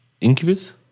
Incubus